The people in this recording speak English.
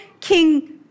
King